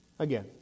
Again